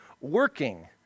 working